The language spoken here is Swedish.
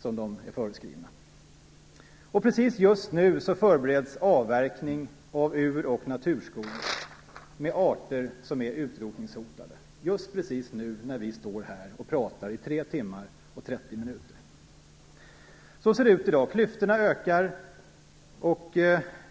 som de är förskrivna. Och just nu förbereds avverkning av ur och naturskog, med arter som är utrotningshotade. Det sker just nu, när vi står här och pratar i tre timmar och trettio minuter. Så ser det ut i dag. Klyftorna ökar.